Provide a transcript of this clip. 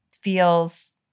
feels